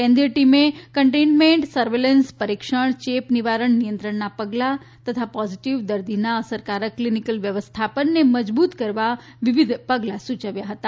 કેન્દ્રિય ટીમે containment surveillance પરીક્ષણ ચેપ નિવારણ નિયંત્રણના પગલા તથા પોઝીટીવ દર્દીના અસરકારક ક્લીનીકલ વ્યવસ્થાપનને મજબૂત કરવા વિવિધ પગલા સૂચવ્યા હતા